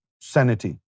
sanity